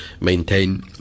maintain